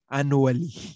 Annually